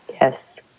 Yes